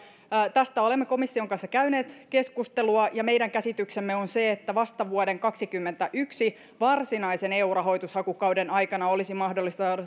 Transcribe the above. tästä olemme komission kanssa käyneet keskustelua ja meidän käsityksemme on se että vasta vuonna kaksikymmentäyksi varsinaisen eu rahoitushakukauden aikana olisi mahdollista